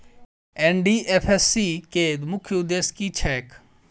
NDFSC केँ मुख्य उद्देश्य की छैक?